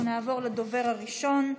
נעבור לדובר הראשון.